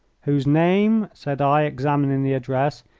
whose name, said i, examining the address,